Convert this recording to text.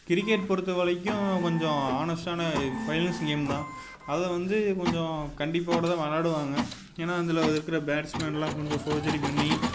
cricket பொறுத்த வரைக்கும் கொஞ்சம் ஹானஸ்ட்டான ஃபைனலிஸ்ட் கேம் தான் அதை வந்து கொஞ்சம் கண்டிப்போட தான் விளாடுவாங்க ஏன்னா அதில் அது இருக்கிற பேட்ஸ்மேன் எல்லாம் கொஞ்சம் ஃபோர்ஜரி பண்ணி